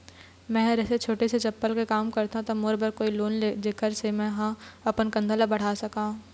मैं हर ऐसे छोटे से चप्पल के काम करथों ता मोर बर कोई लोन हे जेकर से मैं हा अपन धंधा ला बढ़ा सकाओ?